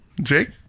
Jake